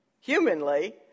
Humanly